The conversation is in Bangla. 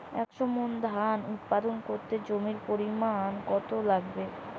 একশো মন ধান উৎপাদন করতে জমির পরিমাণ কত লাগবে?